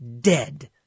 Dead